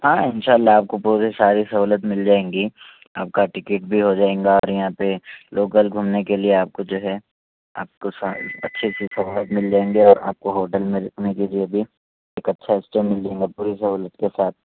ہاں ان شاء اللہ آپ کو پوری ساری سہولت مل جائے گی آپ کا ٹکٹ بھی ہو جائے گا اور یہاں پہ لوکل گھومنے کے لیے آپ کو جو ہے آپ کو ساری اچھی اچھی سہولت مل جائے گی اور آپ کو ہوٹل میں رکنے کے لیے بھی ایک اچھا اسٹے مل جائے گا پوری سہولت کے ساتھ